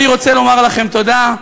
אני רוצה לומר לכם תודה,